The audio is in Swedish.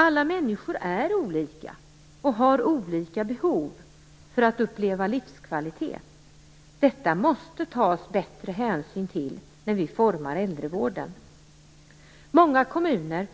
Alla människor är olika och har olika behov som skall uppfyllas för att de skall uppleva livskvalitet. Detta måste man ta bättre hänsyn till när äldrevården formas. Många kommuner